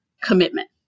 commitment